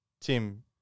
Tim